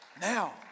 Now